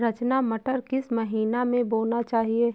रचना मटर किस महीना में बोना चाहिए?